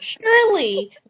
surely